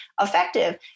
effective